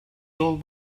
yol